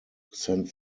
sent